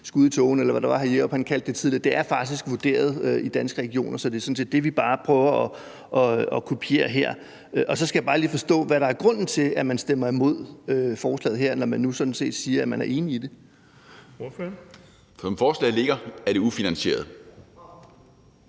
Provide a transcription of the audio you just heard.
skud i tågen, eller hvad det var, hr. Bruno Jerup kaldte det tidligere; det er faktisk vurderet i Danske Regioner, så det er sådan set det, vi bare prøver at kopiere her. Så skal jeg bare lige forstå, hvad der er grunden til, at man stemmer imod forslaget her, når man nu sådan set siger, at man er enig i det. Kl. 13:19 Den fg. formand (Erling Bonnesen):